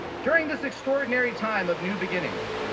during this extraordinary time of new beginnings,